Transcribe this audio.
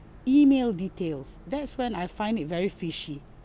email details that's when I find it very fishy